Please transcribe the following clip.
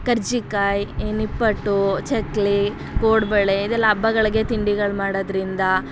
ಕರ್ಜಿಕಾಯಿ ಈ ನಿಪ್ಪಟ್ಟು ಚಕ್ಕುಲಿ ಕೋಡ್ಬಳೆ ಇದೆಲ್ಲ ಹಬ್ಬಗಳ್ಗೆ ತಿಂಡಿಗಳು ಮಾಡೋದರಿಂದ